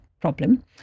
problem